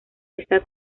está